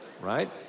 right